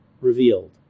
revealed